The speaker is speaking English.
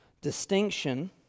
distinction